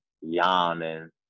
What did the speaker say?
yawning